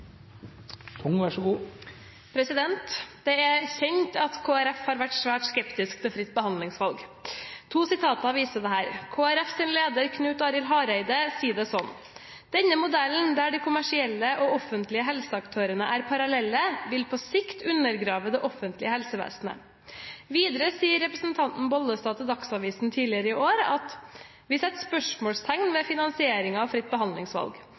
kjent at Kristelig Folkeparti har vært svært skeptisk til fritt behandlingsvalg. To sitater viser dette. Kristelig Folkepartis leder, Knut Arild Hareide, sier det sånn: «Denne modellen der de kommersielle og offentlige helseaktørene er parallelle, vil på sikt undergrave det offentlige helsevesenet.» Videre sier representanten Bollestad til Dagsavisen tidligere i år: «Vi setter spørsmålstegn ved finansieringen av fritt behandlingsvalg.